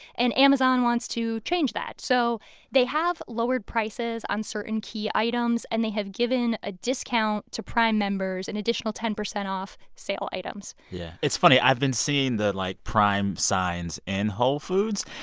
and amazon wants to change that. so they have lowered prices on certain key items, and they have given a discount to prime members an additional ten percent off sale items yeah. it's funny. i've been seeing the, like, prime signs in whole foods,